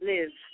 Live